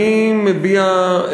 אני מביע,